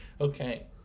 Okay